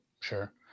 Sure